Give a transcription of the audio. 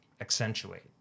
accentuate